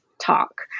talk